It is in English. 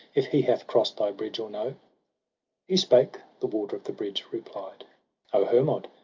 if he hath cross'd thy bridge or no he spake the warder of the bridge replied a o hermod,